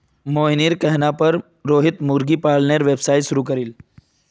मोहिनीर कहवार पर रोहित मुर्गी पालन व्यवसाय शुरू करील